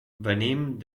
venim